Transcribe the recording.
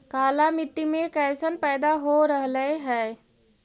काला मिट्टी मे कैसन पैदा हो रहले है?